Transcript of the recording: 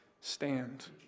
stand